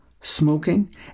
smoking